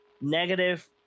negative